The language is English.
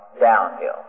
downhill